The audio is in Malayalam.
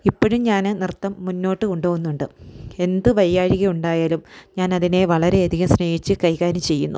ഇപ്പോഴും ഞാൻ നൃത്തം മുന്നോട്ട് കൊണ്ടുപോകുന്നുണ്ട് എന്തു വയ്യാഴ്ക ഉണ്ടായാലും ഞാനതിനെ വളരെ അധികം സ്നേഹിച്ച് കൈകാര്യം ചെയ്യുന്നു